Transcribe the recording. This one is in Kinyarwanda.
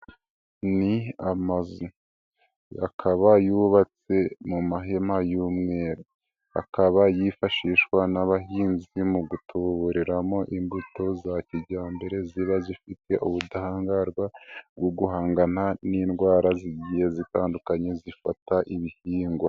Ni amazu akaba yubatse mu mahema y'umweru, akaba yifashishwa n'abahinzi mu gutuburiramo imbuto za kijyambere ziba zifite ubudahangarwa bwo guhangana n'indwara zigiye zitandukanye zifata ibihingwa.